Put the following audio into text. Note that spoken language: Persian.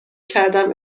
کردم